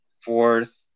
Fourth